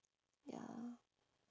ya